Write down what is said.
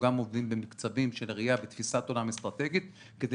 עובדים במקצבים של ראייה ותפיסת עולם אסטרטגית כדי